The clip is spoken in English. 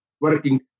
working